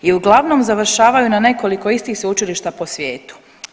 I uglavnom završavaju na nekoliko istih sveučilišta po svijetu.